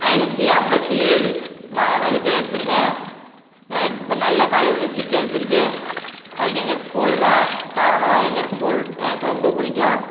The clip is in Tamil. ஐநூற்றி ஐம்பத்தி ஏழு மா மதிப்பெண் எடுத்திருக்கேன் எனக்கு இப்போ நல்ல காலேஜில் சீட் கிடச்சிருக்கு அதுக்கு எங்கள் ஸ்கூல் தான் காரணம் எங்கள் ஸ்கூல் எனக்கு ரொம்ப பிடிக்கும்